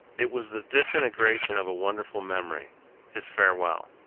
it was the disintegration of a wonderful memory his farewell.